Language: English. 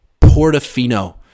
Portofino